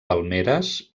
palmeres